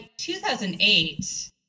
2008